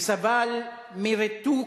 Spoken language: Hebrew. וסבל מריתוק,